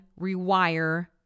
rewire